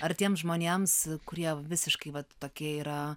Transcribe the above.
ar tiems žmonėms kurie visiškai vat tokie yra